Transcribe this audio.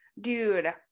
Dude